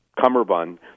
cummerbund